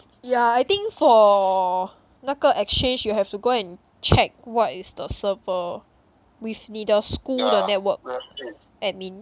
yeah I think for 那个 exchange you have to go and check what is the server with 你的 school 的 network admin